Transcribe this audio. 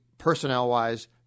Personnel-wise